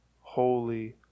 holy